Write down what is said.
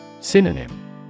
Synonym